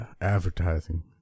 advertising